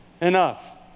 enough